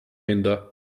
hinder